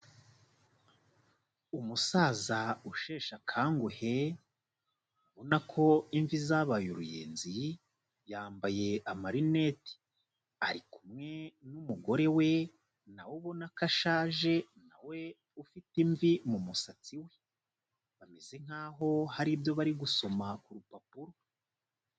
Umusaza usheshe akanguhe, ubona ko imvi zabaye uruyenzi, yambaye amarineti. Ari kumwe n'umugore we na we ubona ko ashaje na we ufite imvi mu musatsi we. Bameze nkaho hari ibyo bari gusoma ku rupapuro.